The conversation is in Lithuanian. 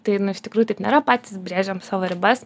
tai nu iš tikrųjų taip nėra patys brėžiam savo ribas